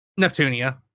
Neptunia